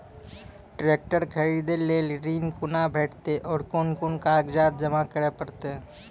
Tractor खरीदै लेल ऋण कुना भेंटते और कुन कुन कागजात जमा करै परतै?